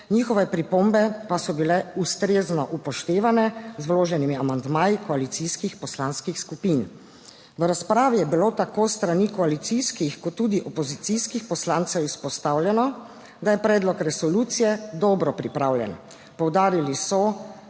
njihove pripombe pa so bile ustrezno upoštevane z vloženimi amandmaji koalicijskih poslanskih skupin. V razpravi je bilo tako s strani koalicijskih kot tudi opozicijskih poslancev izpostavljeno, da je predlog resolucije dobro pripravljen. Poudarili so,